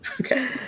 Okay